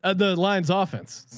ah the lines. offense.